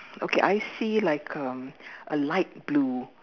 okay I see like um a light blue